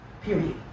Period